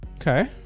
Okay